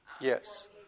Yes